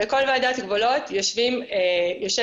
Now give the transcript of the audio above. בכל ועדת גבולות יושב יושב-ראש.